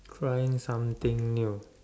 trying something new